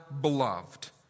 beloved